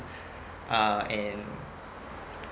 uh and